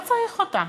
לא צריך אותה.